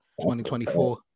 2024